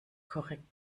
korrekt